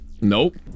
Nope